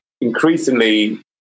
increasingly